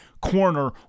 corner